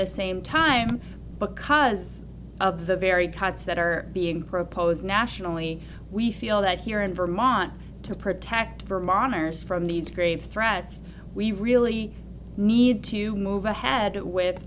the same time because of the very cuts that are being proposed nationally we feel that here in vermont to protect vermonters from these grave threats we really need to move ahead with